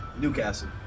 Newcastle